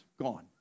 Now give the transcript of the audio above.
gone